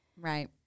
Right